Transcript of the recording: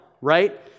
right